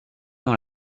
dans